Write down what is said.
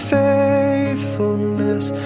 faithfulness